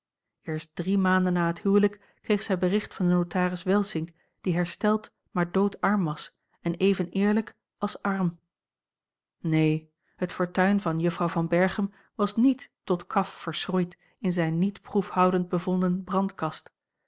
eerst drie maanden na het huwelijk kreeg zij bericht van den notaris welsink die herstelt maar doodarm was en even eerlijk als arm neen het fortuin van juffrouw van berchem was niet tot kaf verschroeid in zijn niet proefhoudend bevonden brandkast